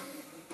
צודקת.